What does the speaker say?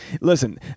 listen